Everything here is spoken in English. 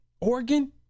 Oregon